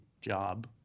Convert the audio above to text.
job